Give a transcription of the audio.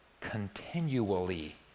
continually